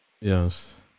Yes